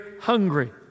hungry